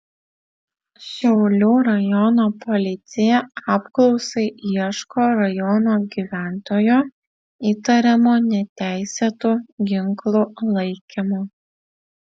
šiaulių rajono policija apklausai ieško rajono gyventojo įtariamo neteisėtu ginklu laikymu